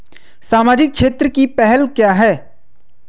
सामाजिक क्षेत्र की पहल क्या हैं?